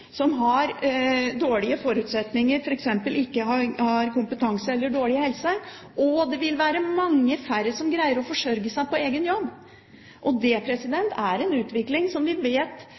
færre som har forutsetninger, som f.eks. ikke har kompetanse eller har dårlig helse, og det vil være mange færre som greier å forsørge seg av egen jobb. Det er en utvikling som vi vet